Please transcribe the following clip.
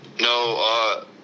No